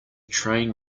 train